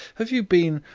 have you been